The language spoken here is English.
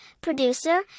producer